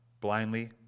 blindly